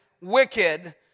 wicked